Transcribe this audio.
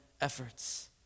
efforts